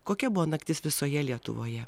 kokia buvo naktis visoje lietuvoje